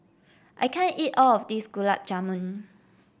I can't eat all of this Gulab Jamun